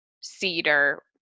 Cedar